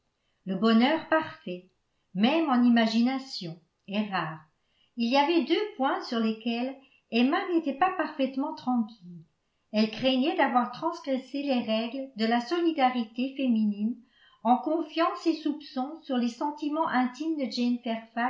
le bonheur parfait même en imagination est rare il y avait deux points sur lesquels emma n'était pas parfaitement tranquille elle craignait d'avoir transgressé les règles de la solidarité féminine en confiant ses soupçons sur les sentiments intimes de